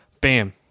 Bam